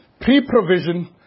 pre-provision